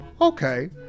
Okay